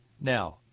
now